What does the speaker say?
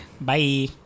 Bye